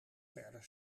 verder